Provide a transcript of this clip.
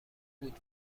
بود